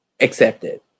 accepted